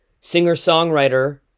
Singer-songwriter